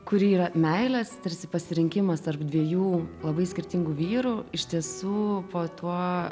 kuri yra meilės tarsi pasirinkimas tarp dviejų labai skirtingų vyrų iš tiesų po tuo